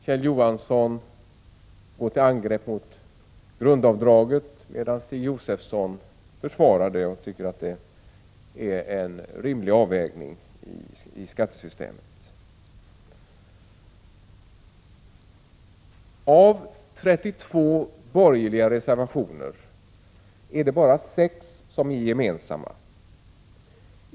Kjell Johansson går till angrepp mot grundavdraget medan Stig Josefson försvarar det och tycker att det behövs i skattesystemet. Av 32 borgerliga reservationer är det bara 6 som är gemensamma.